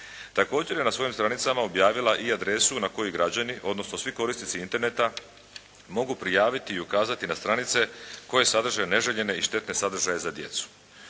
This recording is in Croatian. Također je na svojim stranicama objavila i adresu na koju građani, odnosno svi korisnici interneta mogu prijaviti i ukazati na stranice koje sadrže neželjene i štetne sadržaje za djecu.